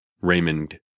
Raymond